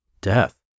death